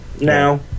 now